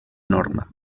norma